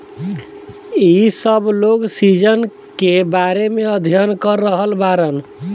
इ सब लोग सीजन के बारे में अध्ययन कर रहल बाड़न